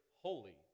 holy